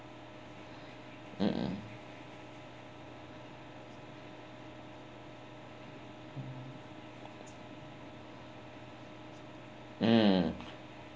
mmhmm mm